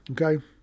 Okay